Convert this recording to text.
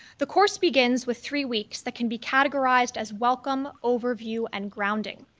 the course begins with three weeks that can be categorized as welcome, overview and grounding.